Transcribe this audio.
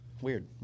Weird